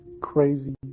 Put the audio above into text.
crazy